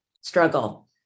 Struggle